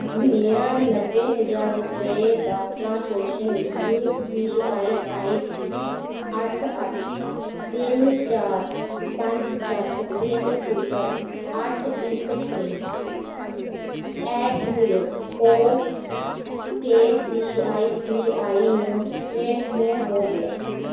ਮੇਰਾ ਨੱਬੇ ਹਜ਼ਾਰ ਰੁਪਏ ਦਾ transaction U P I I T ਅੱਠ ਅੱਠ ਤਿੰਨ ਚਾਰ ਪੰਜ ਸੱਤ ਤਿੰਨ ਸਿਫਰ ਅੱਠ ਇੱਕ ਛੇ at the rate O K C I C I ਨੂੰ ਫੇਲ੍ਹ ਕਿਉਂ ਹੋ ਗਿਆ